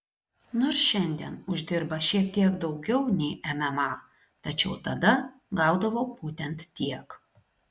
nors šiandien uždirba šiek tiek daugiau nei mma tačiau tada gaudavo būtent tiek